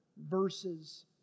verses